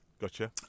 Gotcha